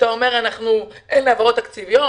כשאתה אומר שאין העברות תקציביות,